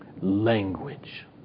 Language